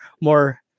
more